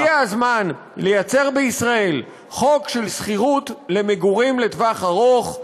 הגיע הזמן ליצור בישראל חוק של שכירות למגורים לטווח-ארוך,